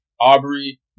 Aubrey